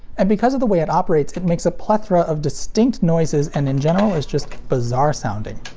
and because of the way it operates, it makes a plethora of distinct noises and in general is just bizarre sounding.